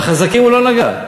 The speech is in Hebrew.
בחזקים הוא לא נגע.